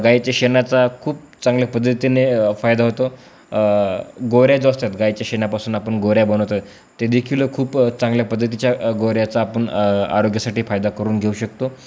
गाईच्या शेणाचा खूप चांगल्या पद्धतीने फायदा होतो गोवऱ्या जो असतात गाईच्या शेणापासून आपण गोवऱ्या बनवतात ते देखील खूप चांगल्या पद्धतीच्या गोवऱ्याचा आपण आरोग्यासाठी फायदा करून घेऊ शकतो